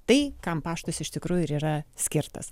tai kam paštas iš tikrųjų yra skirtas